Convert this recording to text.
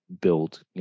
build